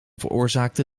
veroorzaakte